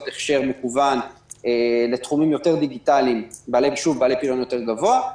הכשר מקוון לתחומים יותר דיגיטליים בעלי פריון יותר גבוה.